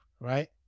right